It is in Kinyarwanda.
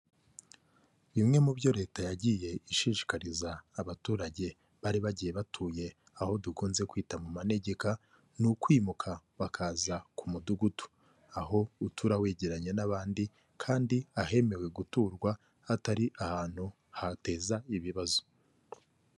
Bimwe mu byo leta yagiye ishishikariza abaturage, bari bagiye batuye aho dukunze kwita mu manegeka, ni ukwimuka bakaza ku mudugudu, aho utura wegeranye n'abandi kandi ahemewe guturwa hatari ahantu hateza ibibazo.